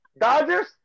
Dodgers